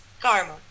karma